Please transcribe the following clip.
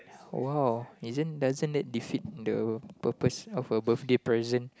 !wow! isn't doesn't that defeat the purpose of a birthday present